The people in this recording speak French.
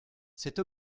cette